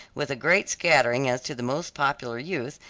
with a great scattering as to the most popular youth,